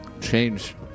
Change